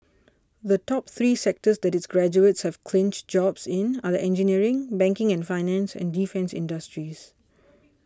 the top three sectors that its graduates have clinched jobs in are the engineering banking and finance and defence industries